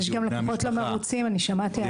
המשפחה --- יש גם לקוחות לא מרוצים; אני שמעתי עליהם.